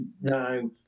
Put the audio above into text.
now